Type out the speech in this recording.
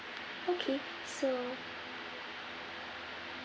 okay so